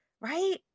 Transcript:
Right